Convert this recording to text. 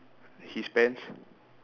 his pants